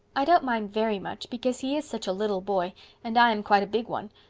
i don't mind very much because he is such a little boy and i am quite a big one,